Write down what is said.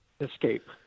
escape